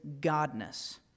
godness